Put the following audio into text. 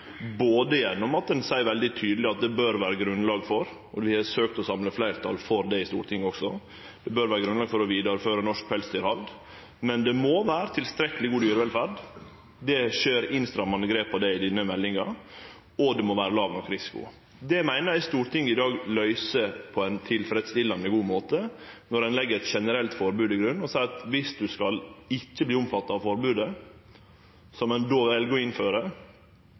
veldig tydeleg at det bør det vere grunnlag for. Vi har søkt å samle fleirtal for det i Stortinget også, at det bør vere grunnlag for å vidareføre norsk pelsdyravl, men det må vere tilstrekkeleg god dyrevelferd – det kjem innstrammande grep for det i denne meldinga – og det må vere låg nok risiko. Det meiner eg Stortinget i dag løyser på ein tilfredsstillande god måte når ein legg eit generelt forbod til grunn, og seier at viss ein ikkje skal verte omfatta av forbodet – som ein då vel å innføre